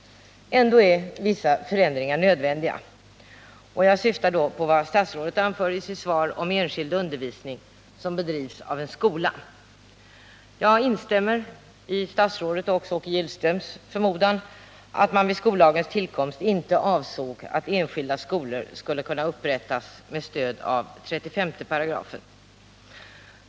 Ändå är vissa förändringar nödvändiga, och jag syftar då på vad statsrådet anförde om enskild undervisning som bedrivs av en skola. Jag instämmer i statsrådets och Åke Gillströms förmodan att man vid skollagens tillkomst inte avsåg att enskilda skolor skulle kunna upprättas med stöd av 35 §.